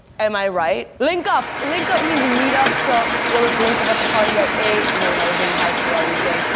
am i right? link up, link up means meet up. so, yo let's link up at the party at eight. you know when i was in high school i was saying,